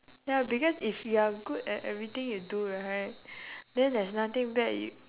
ya because if you are good at everything you do right then there's nothing bad you